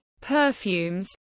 perfumes